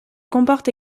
comporte